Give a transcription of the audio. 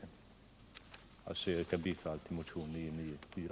I övrigt yrkar jag bifall till motionen 994.